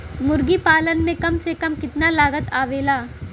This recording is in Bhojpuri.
मुर्गी पालन में कम से कम कितना लागत आवेला?